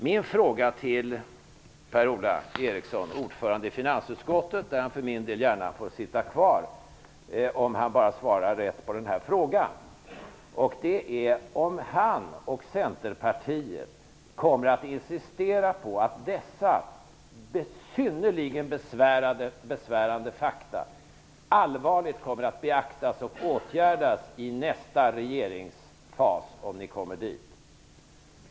Min fråga till Per-Ola Eriksson -- ordföranden i finansutskottet, och där får han för min del gärna sitta kvar om han svarar rätt på min fråga -- är: Kommer Per-Ola Eriksson och Centerpartiet att insistera på att dessa synnerligen besvärande fakta allvarligt beaktas och åtgärdas i nästa regeringsfas, om ni kommer dithän?